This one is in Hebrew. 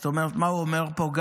זאת אומרת, מה הוא אומר פה?